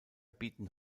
bieten